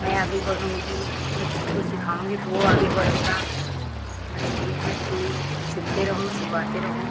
मैं आगे बढ़ूँगी मैं किसी को सिखाऊँगी तो वो आगे बढ़ेगा बस ये है कि सिलते रहो सिलवाते रहो